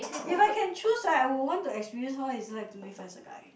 if I can choose right I would want to experience how it's like to live as a guy